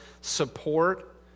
support